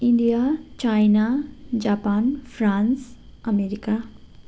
India China Japan France America